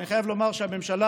שאני חייב לומר שהממשלה,